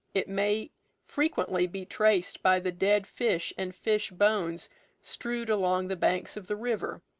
it may frequently be traced by the dead fish and fish-bones strewed along the banks of the river.